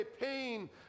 pain